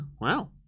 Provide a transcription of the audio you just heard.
wow